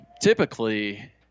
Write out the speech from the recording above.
Typically